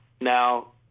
Now